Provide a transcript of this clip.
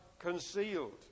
concealed